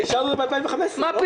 אתה אישרת אותו ב-2015, לא?